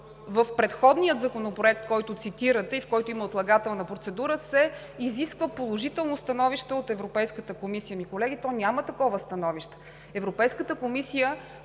в предходния законопроект, който цитирате и в който има отлагателна процедура, се изисква положително становище от Европейската комисия. Ами колеги, то няма такова становище! Европейската комисия